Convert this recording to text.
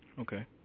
Okay